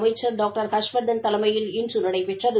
அமைச்சர் டாக்டர் ஹர்ஷவர்தன் தலைமையில் இன்று நடைபெற்றது